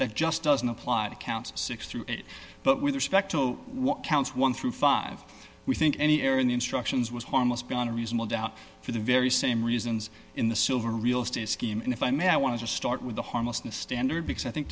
that just doesn't apply to count six through eight but with respect to what counts one through five we think any error in the instructions was harmless beyond a reasonable doubt for the very same reasons in the silver real estate scheme and if i may i want to start with the harmlessness standard because i think